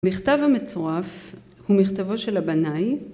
מכתב המצורף הוא מכתבו של הבנאי